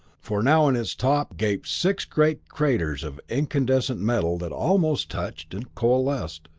for now in its top gaped six great craters of incandescent metal that almost touched and coalesced.